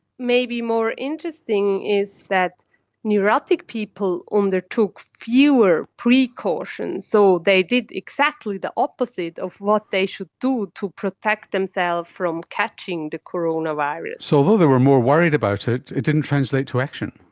maybe more interesting is that neurotic people undertook fewer precautions, so they did exactly the opposite of what they should do to protect themselves from catching the coronavirus. so although they were more worried about it, it didn't translate to action.